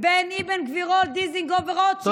בין אבן גבירול, דיזנגוף ורוטשילד.